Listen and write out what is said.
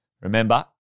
remember